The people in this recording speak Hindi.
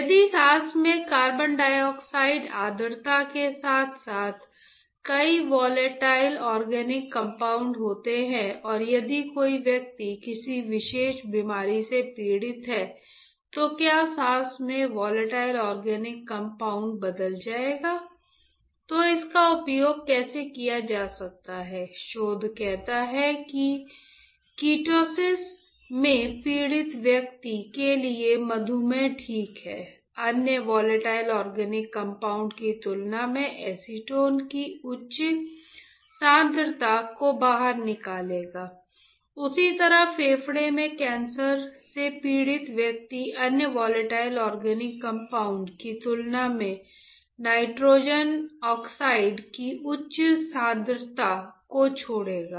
यदि सांस में कार्बन डाइऑक्साइड आर्द्रता के साथ साथ कई वोलेटाइल ऑर्गेनिक कंपाउंड की तुलना में नाइट्रोजन ऑक्साइड की उच्च सांद्रता को छोड़ेगा